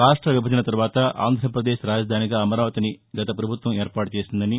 రాష్ట విభజన తర్వాత ఆంధ్రాప్రదేశ్ రాజధానిగా అమరావతిని గత ప్రభుత్వం ఏర్పాటు చేసిందని